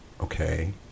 Okay